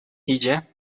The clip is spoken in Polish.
idzie